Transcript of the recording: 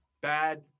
Bad